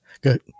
Good